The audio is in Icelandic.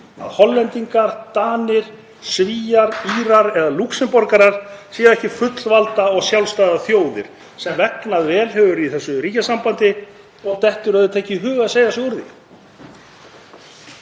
að Hollendingar, Danir, Svíar, Írar eða Lúxemborgarar séu ekki fullvalda og sjálfstæðar þjóðir? Þeim hefur vegnað vel í þessu ríkjasambandi og dettur auðvitað ekki í hug að segja sig úr því.